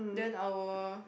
then our